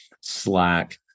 Slack